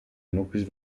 nuclis